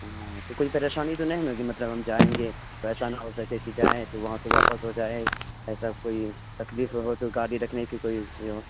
ہاں تو کوئی پریشانی تو نہیں نا ہوگی مطلب ہم جائیں گے پریشان ہو کر کے سیدھے آئیں تو وہاں سے واپس ہو جائے ایسا کوئی تکلیف ہو تو گاڑی رکھنے کی کوئی یہ ہو